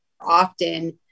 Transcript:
often